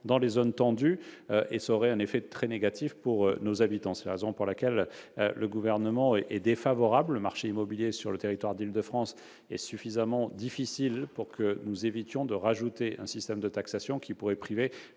dans les zones tendues, ce qui serait très négatif pour nos concitoyens. C'est la raison pour laquelle le Gouvernement est défavorable à cet amendement. Le marché immobilier sur le territoire de l'Île-de-France est suffisamment difficile pour que nous évitions de rajouter un système de taxation qui pourrait pénaliser